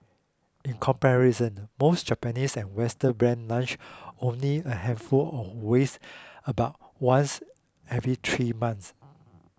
in comparison most Japanese and Western brands launch only a handful of wares about once every three months